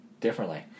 Differently